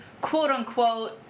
quote-unquote